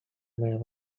made